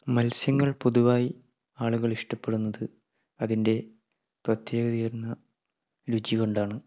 മത്സ്യങ്ങൾ പൊതുവായി ആളുകൾ ഇഷ്ടപ്പെടുന്നത് അതിൻ്റെ പ്രത്യേകതയാർന്ന രുചികൊണ്ടാണ്